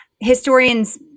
Historians